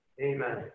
Amen